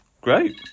Great